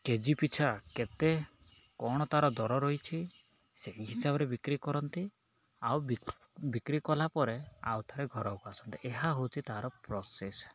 KG ପିଛା କେତେ କ'ଣ ତା'ର ଦର ରହିଛି ସେହି ହିସାବରେ ବିକ୍ରି କରନ୍ତି ଆଉ ବିକ୍ରି କଲା ପରେ ଆଉ ଥରେ ଘରକୁ ଆସନ୍ତି ଏହା ହେଉଛି ତା'ର ପ୍ରସେସ୍